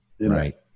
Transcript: right